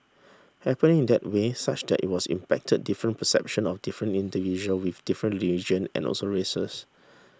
happening in that way such that it was impacted different perception of different individual with different religion and also races